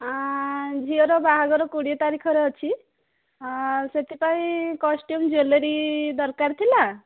ଝିଅର ବାହାଘର କୋଡ଼ିଏ ତାରିଖରେ ଅଛି ସେଥିପାଇଁ କଷ୍ଟ୍ୟୁମ୍ ଜୁଏଲାରୀ ଦରକାର ଥିଲା